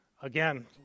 Again